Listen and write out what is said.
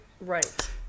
Right